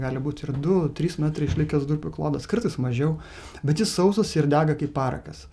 gali būti ir du trys metrai išlikęs durpių klodas kartais mažiau bet jis sausas ir dega kaip parakas